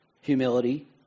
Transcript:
humility